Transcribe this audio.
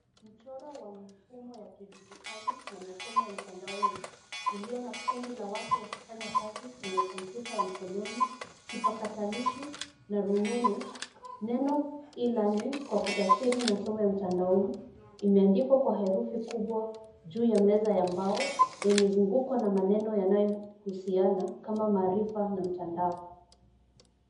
Mchoro wa mifumo ya kidijitali na masomo ya mtandaoni uliyo na kundi la watu wakifanya kazi kwenye kompyuta ya mkononi, kipakatalishi na rununu. Neno e-learning kwa kutafsiri masomo ya mtandaoni, imeandikwa kwa herufi kubwa juu ya meza ya mbao na imezungukwa na maneno yanayohusiana kama maarifa na mtandao.